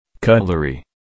Cutlery